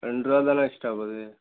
ரெண்ட்ரூவா தான எக்ஸ்ட்ரா போகுது